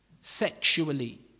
Sexually